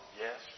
Yes